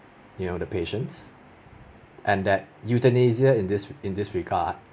you know the patients and that euthanasia in this in this regard